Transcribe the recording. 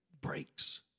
breaks